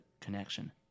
connection